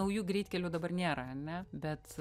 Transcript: naujų greitkelių dabar nėra ane bet